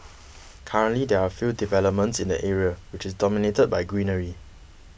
currently there are few developments in the area which is dominated by greenery